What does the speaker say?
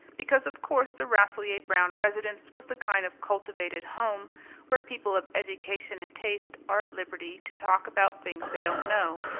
because, of course, the rasselyer-brown residence was the kind of cultivated home where people of education and taste are at liberty to talk about things they don't know,